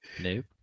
Nope